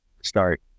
start